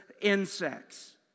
insects